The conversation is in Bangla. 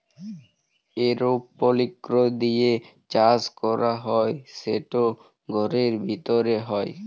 এরওপলিক্স দিঁয়ে চাষ ক্যরা হ্যয় সেট ঘরের ভিতরে হ্যয়